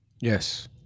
Yes